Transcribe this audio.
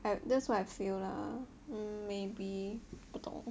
like that's what I feel lah maybe 不懂